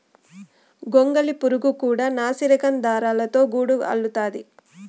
గొంగళి పురుగు కూడా నాసిరకం దారాలతో గూడు అల్లుతాది